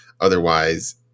otherwise